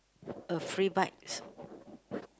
a free bikes